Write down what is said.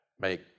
Make